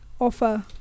offer